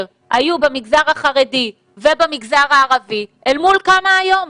היו במגזר החרדי ובמגזר הערבי אל מול כמה היום.